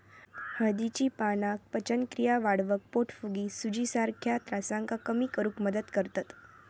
हळदीची पाना पचनक्रिया वाढवक, पोटफुगी, सुजीसारख्या त्रासांका कमी करुक मदत करतत